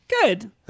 Good